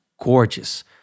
gorgeous